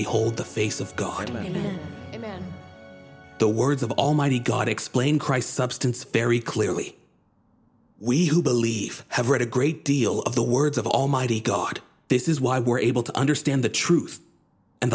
behold the face of god when the words of almighty god explain christ substance very clearly we who believe have read a great deal of the words of almighty god this is why we're able to understand the truth and